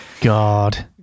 God